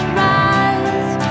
rise